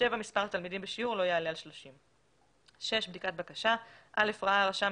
מספר התלמידים בשיעור לא יעלה על 30. בדיקת בקשה ראה הרשם